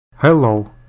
Hello